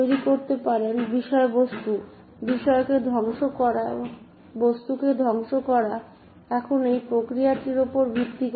তৈরি করতে পারেন বিষয় বস্তু বিষয়কে ধ্বংস করা এবং বস্তুকে ধ্বংস করা এখন এই প্রক্রিয়াটির উপর ভিত্তি করে